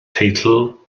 teitl